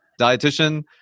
dietitian